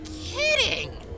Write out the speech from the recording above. kidding